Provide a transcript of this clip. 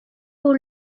aux